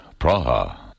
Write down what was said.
Praha